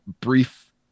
brief